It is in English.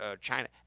China